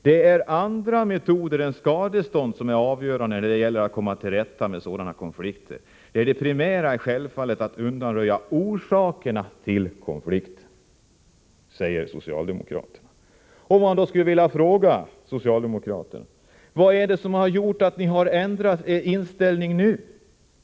Det är andra metoder än skadestånd som är avgörande när det gäller att komma till rätta med sådana konflikter. Det primära är självfallet att undanröja orsakerna till konflikter.” Låt mig fråga er socialdemokrater: Vad är det som har gjort att ni har ändrat er inställning?